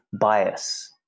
bias